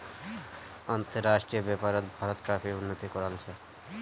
अंतर्राष्ट्रीय व्यापारोत भारत काफी उन्नति कराल छे